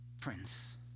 Prince